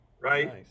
Right